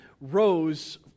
rose